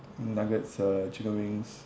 nuggets uh chicken wings